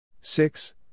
six